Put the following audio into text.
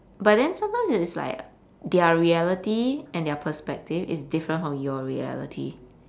but then sometimes it's like their reality and their perspective is different from your reality